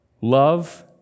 love